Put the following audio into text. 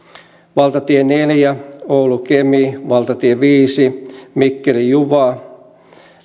valtatie neljä oulu kemi valtatie viisi mikkeli juva